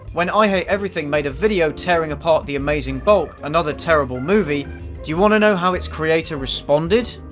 when i hate everything made a video tearing apart the amazing bulk another terrible movie do you want to know how its creator responded?